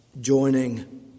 joining